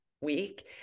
week